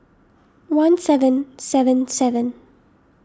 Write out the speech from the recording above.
one seven seven seven